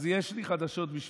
אז יש לי חדשות ישנות